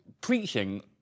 preaching